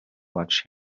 watch